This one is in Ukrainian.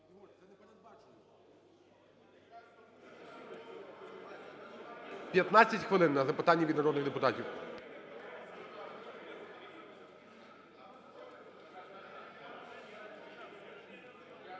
15 хвилин на запитання від народних депутатів.